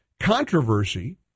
controversy